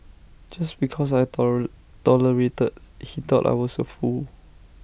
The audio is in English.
just because I tolerated he thought I was A fool